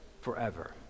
forever